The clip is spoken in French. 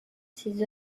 ses